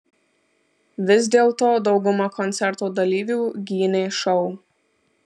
vis dėlto dauguma koncerto dalyvių gynė šou